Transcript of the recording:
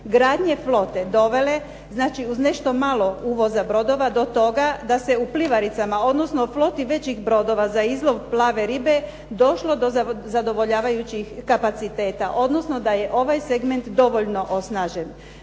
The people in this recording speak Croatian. gradnje flote dovele, znači uz nešto malo uvoza brodova do toga da se u plivaricama, odnosno floti većih brodova za izlov plave ribe došlo do zadovoljavajućih kapaciteta, odnosno da je ovaj segment dovoljno osnažen.